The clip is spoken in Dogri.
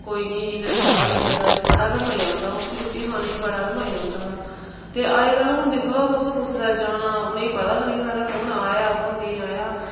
कोई इ'यां इ'यां करी दाल देआ दा ते बड़ा गै मजा औंदा हा उसी रुट्टी खाने बड़ा गै मजा औंदा हा ते अज्जकल हून दिक्खी लैओ तुस कुसै दे जाना उ'नेंगी पता गै निं साढ़ै कौन आया कौन नेईं आया